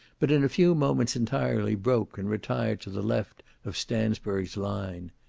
but in a few moments entirely broke and retired to the left of stansburg's line.